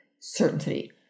certainty